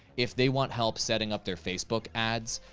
if they want help setting up their facebook ads?